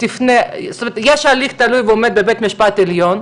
תפנה זאת אומרת יש הליך תלוי ועומד בבית המשפט העליון,